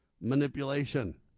manipulation